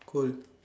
cool